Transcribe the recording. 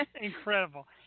incredible